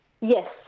Yes